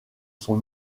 son